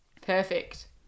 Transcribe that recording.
Perfect